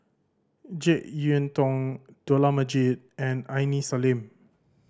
Jek Yeun Thong Dollah Majid and Aini Salim